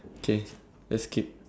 okay let's keep